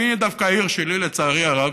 והינה, דווקא העיר שלי, לצערי הרב,